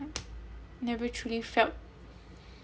never truly felt